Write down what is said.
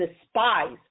despise